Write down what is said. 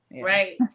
Right